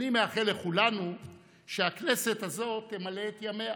אני מאחל לכולנו שהכנסת הזאת תמלא את ימיה